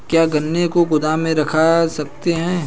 क्या गन्ने को गोदाम में रख सकते हैं?